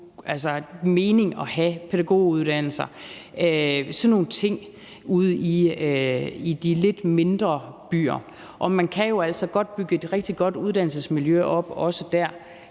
god mening at have ude i de lidt mindre byer, og man kan jo altså godt bygge et rigtig godt uddannelsesmiljø op også dér.